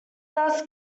thus